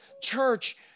Church